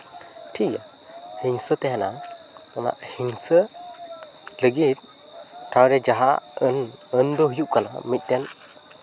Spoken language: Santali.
ᱴᱷᱤᱠ ᱜᱮᱭᱟ ᱦᱤᱝᱥᱟᱹ ᱛᱟᱦᱮᱱᱟ ᱚᱱᱟ ᱦᱤᱝᱥᱟᱹ ᱨᱮᱜᱮ ᱛᱟᱭᱚᱢ ᱨᱮ ᱡᱟᱦᱟᱸ ᱟᱹᱱ ᱟᱹᱱ ᱫᱚ ᱦᱩᱭᱩᱜ ᱠᱟᱱᱟ ᱢᱤᱫᱴᱮᱱ